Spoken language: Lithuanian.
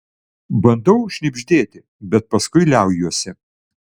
bandau šnibždėti bet paskui liaujuosi